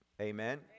Amen